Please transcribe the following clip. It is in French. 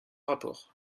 rapport